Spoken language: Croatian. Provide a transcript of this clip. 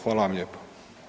Hvala vam lijepa.